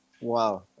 Wow